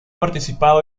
participado